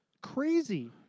crazy